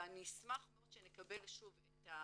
ואני אשמח מאוד, כשנקבל את התוצאות,